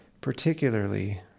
particularly